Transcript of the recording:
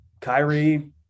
Kyrie